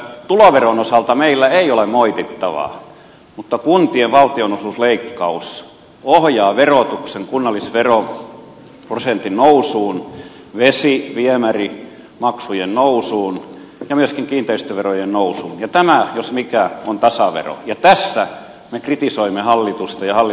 tuloveron osalta meillä ei ole moitittavaa mutta kuntien valtionosuusleikkaus ohjaa verotuksen kunnallisveroprosentin nousuun vesi viemärimaksujen nousuun ja myöskin kiinteistöverojen nousuun ja tämä jos mikä on tasavero ja tässä me kritisoimme hallitusta ja hallituksen toimia